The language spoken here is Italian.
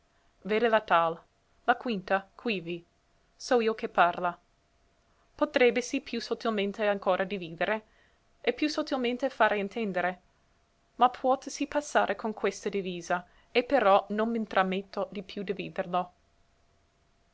quivi vedela tal la quinta quivi so io che parla potrèbbesi più sottilmente ancora dividere e più sottilmente fare intendere ma puòtesi passare con questa divisa e però non m'intrametto di più